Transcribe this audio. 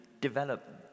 develop